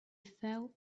fell